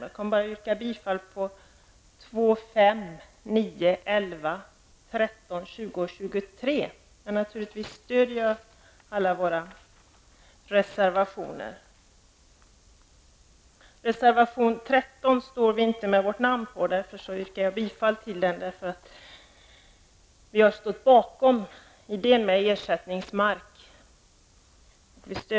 Men jag nöjer mig med att yrka bifall till reservationerna Beträffande reservation 13 vill jag säga följande. Miljöpartiet står inte bakom denna reservation. Men jag yrkar bifall till reservationen, eftersom vi också står bakom idén med ersättningsmark.